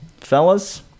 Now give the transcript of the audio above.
Fellas